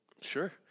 Sure